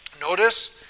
notice